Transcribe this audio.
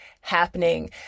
happening